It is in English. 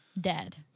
dead